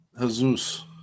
Jesus